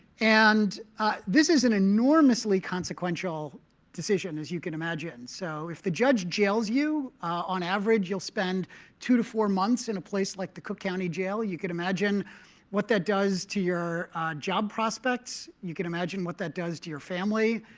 and this is an enormously consequential decision, as you can imagine. so if the judge jails you, on average, you'll spend two to four months in a place like the cook county jail. you can imagine what that does to your job prospects you can imagine what that does to your family.